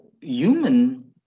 human